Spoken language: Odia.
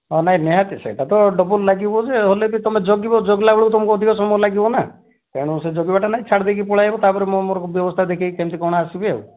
ହଁ ନାଇଁ ନିହାତି ସେଟା ତ ଡବଲ୍ ଲାଗିବ ଯେ ହେଲେ ବି ତୁମେ ଜଗିବ ଜାଗିଲା ବେଳକୁ ତୁମକୁ ଅଧିକ ସମୟ ଲାଗିବ ନା ତେଣୁ ସେ ଜଗିବାଟା ନାହିଁ ଛାଡ଼ି ଦେଇକି ପଳାଇବ ତା'ପରେ ମୁଁ ମୋର ବ୍ୟବସ୍ତା ଦେଖିବି କେମିତି କ'ଣ ଆସିବି ଆଉ